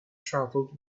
travelled